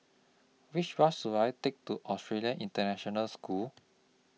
Which Bus should I Take to Australian International School